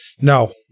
No